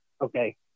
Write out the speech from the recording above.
Okay